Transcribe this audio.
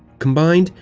combined,